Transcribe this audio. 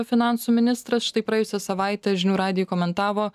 finansų ministras štai praėjusią savaitę žinių radijui komentavo